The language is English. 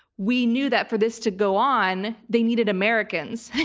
we knew that for this to go on, they needed americans.